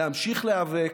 להמשיך להיאבק,